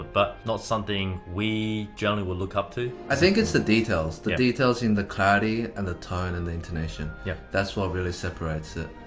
but not something we generally would look up to. i think it's the details. yup. the details in the clarity, and the tone, and the intonation. yup. that's what really separates it.